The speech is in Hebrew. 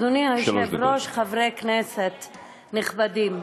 אדוני היושב-ראש, חברי כנסת נכבדים,